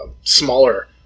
smaller